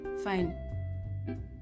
fine